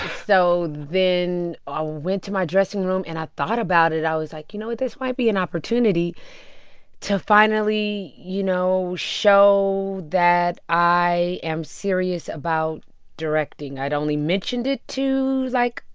so then i went to my dressing room, and i thought about it. i was like, you know, this might be an opportunity to finally, you know, show that i am serious about directing. i had only mentioned it to, like,